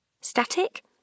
static